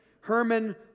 Herman